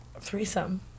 Threesome